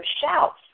shouts